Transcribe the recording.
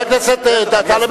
חבר הכנסת טלב